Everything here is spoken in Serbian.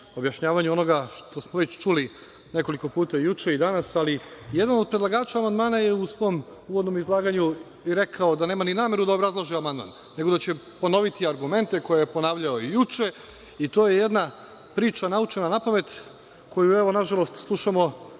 objašnjavanju onoga što smo već čuli nekoliko puta juče i danas, ali jedan od predlagača amandmana je u svom uvodnom izlaganju rekao da nema ni nameru da obrazloži amandman, nego da će ponoviti argumente koje je ponavljao juče. To je jedna priča naučena napamet koju, nažalost, slušamo